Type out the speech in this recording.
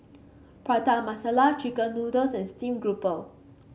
Prata Masala chicken noodles and Steamed Grouper